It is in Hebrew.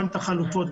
את החלופות,